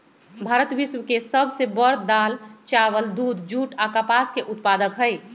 भारत विश्व के सब से बड़ दाल, चावल, दूध, जुट आ कपास के उत्पादक हई